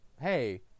hey